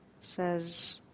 says